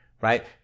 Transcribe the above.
right